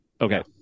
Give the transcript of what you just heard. Okay